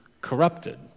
corrupted